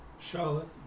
Charlotte